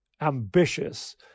ambitious